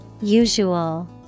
Usual